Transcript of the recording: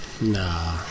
Nah